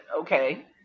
okay